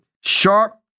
sharp